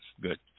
good